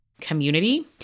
community